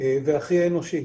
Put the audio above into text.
והכי אנושית.